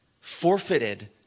forfeited